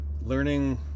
learning